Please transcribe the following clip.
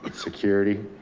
security,